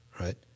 right